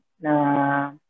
na